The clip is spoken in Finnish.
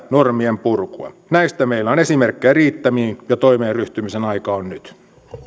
normien purkua näistä meillä on esimerkkejä riittämiin ja toimeen ryhtymisen aika on nyt